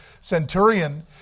centurion